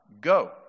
go